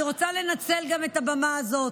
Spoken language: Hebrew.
אני רוצה לנצל את הבמה הזאת.